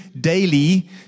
daily